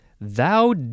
thou